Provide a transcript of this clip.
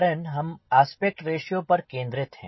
कारण हम aspect ratio पर केंद्रित है